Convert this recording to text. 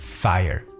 fire